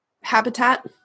habitat